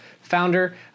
founder